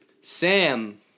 Sam